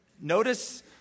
notice